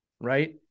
Right